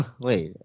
Wait